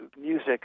music